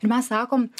ir mes sakom